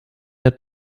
der